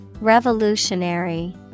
Revolutionary